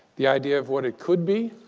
the idea of what it could be,